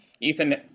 Ethan